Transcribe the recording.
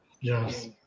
Yes